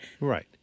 Right